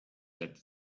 that